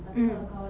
mm